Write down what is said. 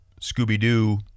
Scooby-Doo